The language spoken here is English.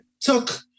Took